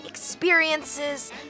experiences